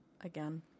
again